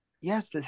Yes